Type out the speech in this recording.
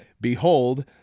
behold